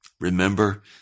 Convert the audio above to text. Remember